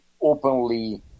openly